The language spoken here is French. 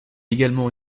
également